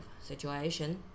situation